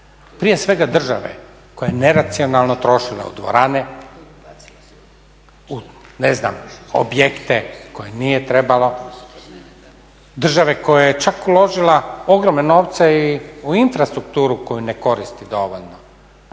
Prije svega države koja je neracionalno trošila u dvorane, u ne znam, objekte koje nije trebalo, države koja je čak uložila ogromne novce i u infrastrukturu koju ne koristi dovoljno,